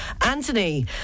Anthony